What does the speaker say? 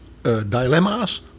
Dilemmas